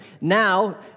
Now